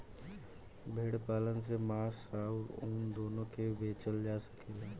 भेड़ पालन से मांस आ ऊन दूनो के बेचल जा सकेला